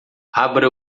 abra